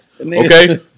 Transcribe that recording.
Okay